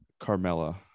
Carmella